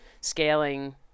scaling